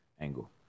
angle